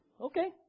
okay